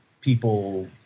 people